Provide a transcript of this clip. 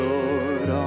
Lord